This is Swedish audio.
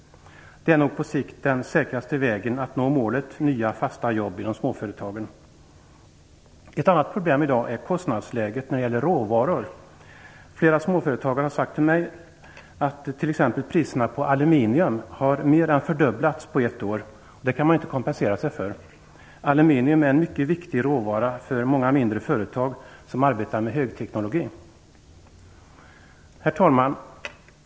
Detta är nog på sikt den säkraste vägen för att nå målet med nya fasta jobb inom småföretagen. Ett annat problem i dag är kostnadsläget när det gäller råvaror. Flera småföretagare har sagt till mig att priserna på t.ex. aluminium mer än fördubblats på ett år. Det kan de inte kompensera sig för. Aluminium är en mycket viktig råvara för många mindre företag som arbetar med högteknologi. Herr talman!